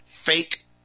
fake